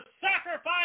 sacrifice